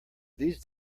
these